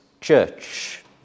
church